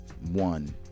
one